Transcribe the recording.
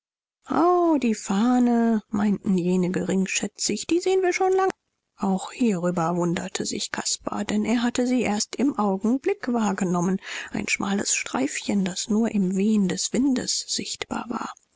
o die fahne meinten jene geringschätzig die sehen wir schon lang auch hierüber wunderte sich caspar denn er hatte sie erst im augenblick wahrgenommen ein schmales streifchen das nur im wehen des windes sichtbar war